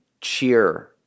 cheer